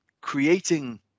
creating